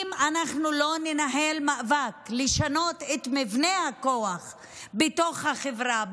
ואם אנחנו לא ננהל מאבק לשנות את מבנה הכוח בתוך החברה,